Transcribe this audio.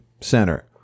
center